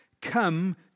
come